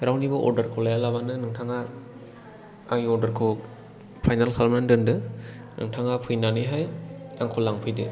रावनिबो अर्दार खौ लायालासिनो नोंथाङा आंनि अर्दार खौ फायनेल खालामनानै दोनदो नोंथाङा फैनानैहाय आंखौ लांफैदो